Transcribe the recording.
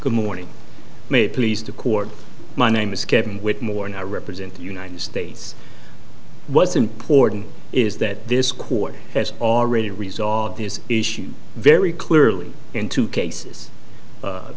good morning may it please the court my name is kevin whitmore and i represent the united states what's important is that this court has already resolved this issue very clearly in two cases